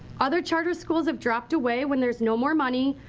other charter schools have dropped away when there's no more money.